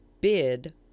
bid